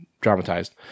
Dramatized